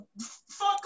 fuck